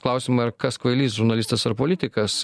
klausimai ar kas kvailys žurnalistas ar politikas